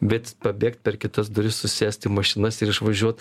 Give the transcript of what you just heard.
bet pabėgt per kitas duris susėst į mašinas ir išvažiuot